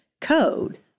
code